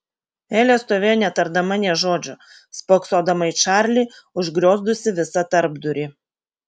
elė stovėjo netardama nė žodžio spoksodama į čarlį užgriozdusį visą tarpdurį